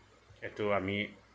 এইটো আমি